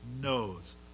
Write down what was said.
knows